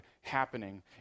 happening